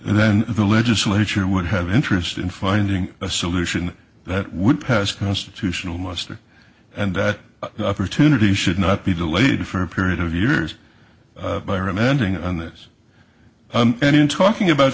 invalid then the legislature would have an interest in finding a solution that would pass constitutional muster and that opportunity should not be delayed for a period of years by remanding on this and in talking about